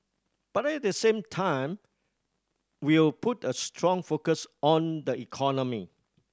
but at the same time we'll put a strong focus on the economy